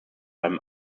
einem